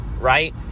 right